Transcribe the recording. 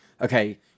okay